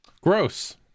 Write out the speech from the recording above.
Gross